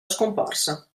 scomparsa